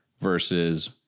versus